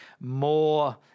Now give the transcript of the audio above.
more